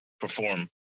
perform